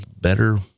better